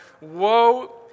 Woe